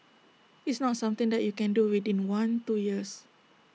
it's not something that you can do within one two years